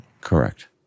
Correct